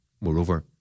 Moreover